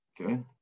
Okay